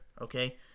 okay